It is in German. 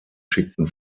schickten